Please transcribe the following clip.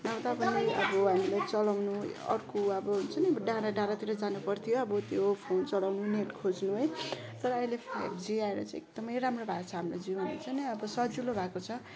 नभए तपाईँले अब हामीले चलाउने अर्को अब हुन्छ नि डाँडा डाँडातिर जानुपर्थ्यो अब त्यो फोन चलाउनु नेट खोज्नु है तर अहिले फाइभ जी आएर चाहिँ एकदमै राम्रो भएको छ हाम्रो जीवन हुन्छ नि अब सजिलो भएको छ